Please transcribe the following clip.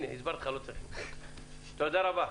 תודה רבה.